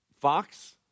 Fox